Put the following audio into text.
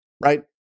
Right